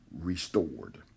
restored